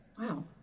Wow